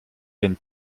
gagne